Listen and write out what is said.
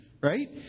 Right